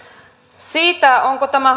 siitä onko tämä